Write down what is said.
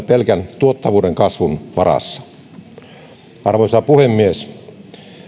pelkän tuottavuuden kasvun varassa arvoisa puhemies